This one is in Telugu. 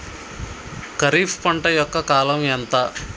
ఖరీఫ్ పంట యొక్క కాలం ఎంత?